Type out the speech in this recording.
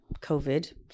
COVID